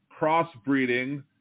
crossbreeding